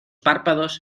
párpados